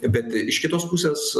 bet iš kitos pusės